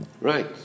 Right